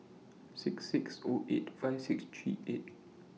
six six O eight five six three eight